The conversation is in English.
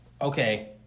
okay